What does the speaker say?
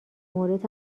مورد